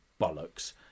bollocks